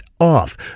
off